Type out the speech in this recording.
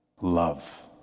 love